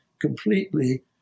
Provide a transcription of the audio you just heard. completely